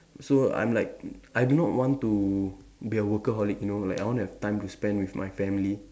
so I'm like I do not want to be a workaholic you know like I want to have time to spend with my family